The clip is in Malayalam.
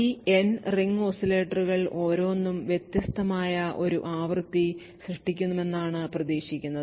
ഈ N റിംഗ് ഓസിലേറ്ററുകൾ ഓരോന്നും വ്യത്യസ്തമായ ഒരു ആവൃത്തി സൃഷ്ടിക്കുമെന്നാണ് പ്രതീക്ഷിക്കുന്നത്